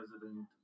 president